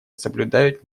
соблюдают